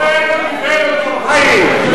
אלו ואלו דברי אלוקים חיים.